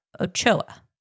Ochoa